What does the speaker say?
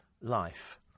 life